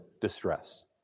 distress